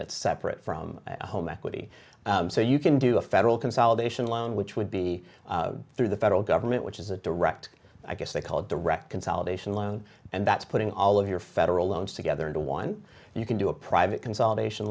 that separate from home equity so you can do a federal consolidation loan which would be through the federal government which is a direct i guess they call direct consolidation loan and that's putting all of your federal loans together into one and you can do a private consolidation